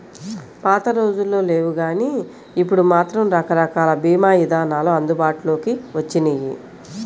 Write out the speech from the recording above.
పాతరోజుల్లో లేవుగానీ ఇప్పుడు మాత్రం రకరకాల భీమా ఇదానాలు అందుబాటులోకి వచ్చినియ్యి